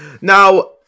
Now